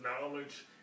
knowledge